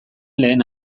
lehen